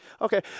Okay